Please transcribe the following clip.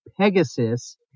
Pegasus